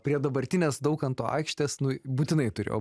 prie dabartinės daukanto aikštės nu būtinai turėjo